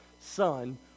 Son